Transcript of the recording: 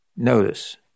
Notice